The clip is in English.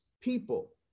people